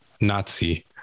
Nazi